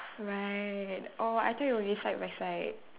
right oh I thought it will be side by side